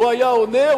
הוא היה עונה.